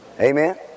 Amen